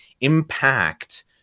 impact